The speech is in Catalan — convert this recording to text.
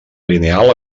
lineal